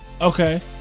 Okay